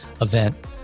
event